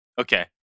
Okay